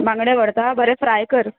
बांगडें व्हरतां बरें फ्राय कर